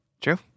True